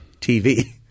tv